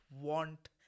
want